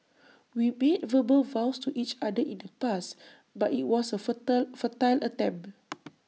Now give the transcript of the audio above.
we made verbal vows to each other in the past but IT was A futile futile attempt